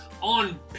on